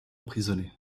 emprisonné